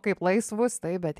kaip laisvus taip bet